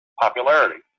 popularity